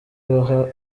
baha